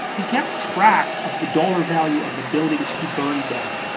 he kept track of the dollar value of the buildings he burned down.